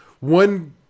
One